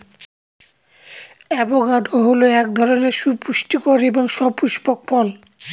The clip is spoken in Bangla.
অ্যাভোকাডো হল এক ধরনের সুপুষ্টিকর এবং সপুস্পক ফল